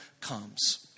comes